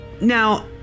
Now